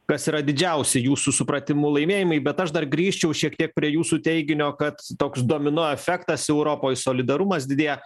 kas yra didžiausi jūsų supratimu laimėjimai bet aš dar grįžčiau šiek tiek prie jūsų teiginio kad toks domino efektas europoj solidarumas didėja